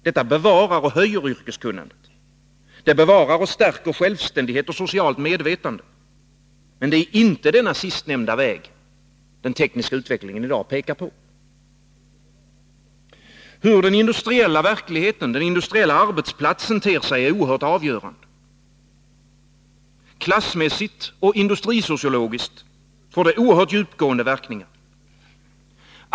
Detta bevarar och höjer yrkeskunnandet. Det bevarar och stärker självständighet och socialt medvetande. Men det är inte denna sistnämnda väg den tekniska utvecklingen i dag pekar på. Hur den industriella verkligheten, den industriella arbetsplatsen ter sig är oerhört avgörande. Klassmässigt och industrisociologiskt får det oerhört djupgående verkningar.